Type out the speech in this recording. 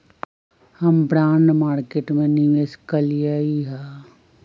हम bond market में निवेश कलियइ ह